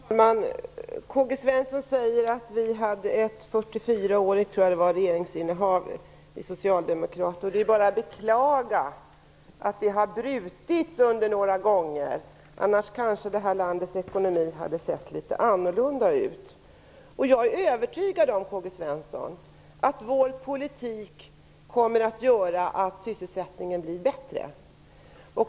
Fru talman! Karl-Gösta Svenson talade, tror jag, om ett 44-årigt socialdemokratiskt regeringsinnehav. Det är bara att beklaga att det har brutits några gånger, för annars hade det här landets ekonomi kanske sett litet annorlunda ut. Jag är övertygad, Karl-Gösta Svenson, om att vår politik kommer att innebära att sysselsättningen blir bättre.